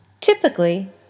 Typically